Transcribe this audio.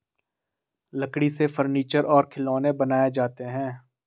लकड़ी से फर्नीचर और खिलौनें बनाये जाते हैं